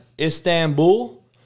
Istanbul